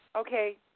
Okay